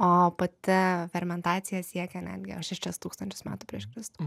o pati fermentacija siekia netgi jau šešis tūkstančius metų prieš kristų